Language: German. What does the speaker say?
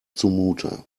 zumute